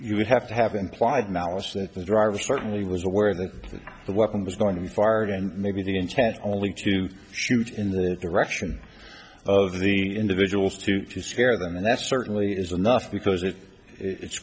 you would have to have implied malice that the driver certainly was aware that the weapon was going to be fired and maybe the intent only to shoot in the direction of the individuals to scare them and that's certainly is enough because it it's